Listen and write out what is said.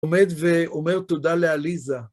עומד ואומר תודה לאליזה.